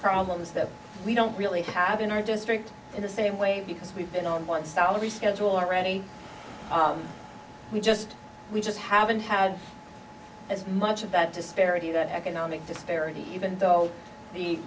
problems that we don't really have in our district in the same way because we've been on one salary schedule already we just we just haven't had as much of that disparity that economic disparity even though the